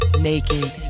naked